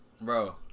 Bro